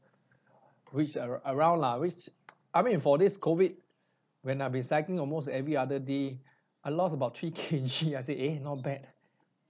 which a~ around lah which I mean for this COVID when I been recycling almost every other day I lost about three kg I said eh not bad